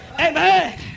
amen